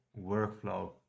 workflow